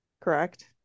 correct